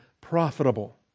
profitable